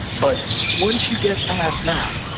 but once you get past that,